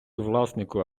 власнику